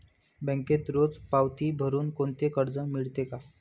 बँकेत रोज पावती भरुन कोणते कर्ज मिळते का?